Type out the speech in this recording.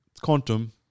Quantum